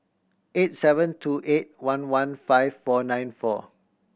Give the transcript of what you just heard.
eight seven two eight one one five four nine four